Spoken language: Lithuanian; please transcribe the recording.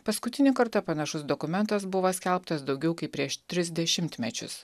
paskutinį kartą panašus dokumentas buvo skelbtas daugiau kaip prieš tris dešimtmečius